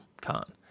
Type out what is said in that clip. con